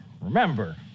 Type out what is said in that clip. Remember